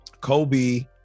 Kobe